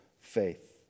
faith